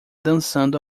dançando